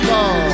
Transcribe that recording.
God